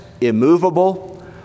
immovable